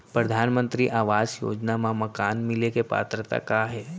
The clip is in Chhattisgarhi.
परधानमंतरी आवास योजना मा मकान मिले के पात्रता का हे?